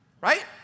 Right